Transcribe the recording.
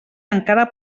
encara